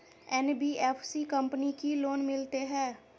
NBFC company की loan मिलते है?